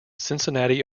cincinnati